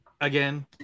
again